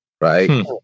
right